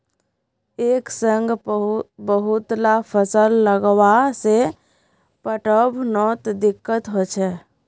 एक संग बहुतला फसल लगावा से पटवनोत दिक्कत ह छेक